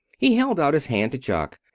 he held out his hand to jock.